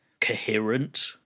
coherent